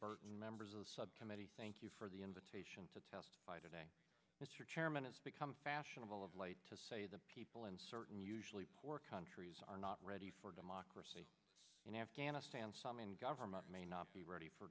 burton members of the subcommittee thank you for the invitation to testify today mr chairman it's become fashionable of late to say the people in certain usually poor countries are not ready for democracy in afghanistan some in government may not be ready for